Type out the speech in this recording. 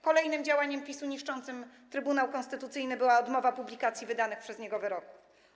Kolejnym działaniem PiS-u niszczącym Trybunał Konstytucyjny była odmowa publikacji wydanych przez trybunał wyroków.